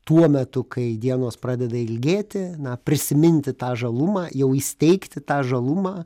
tuo metu kai dienos pradeda ilgėti na prisiminti tą žalumą jau įsteigti tą žalumą